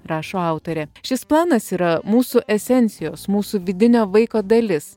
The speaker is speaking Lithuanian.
rašo autorė šis planas yra mūsų esencijos mūsų vidinio vaiko dalis